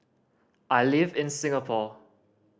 I live in Singapore